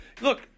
Look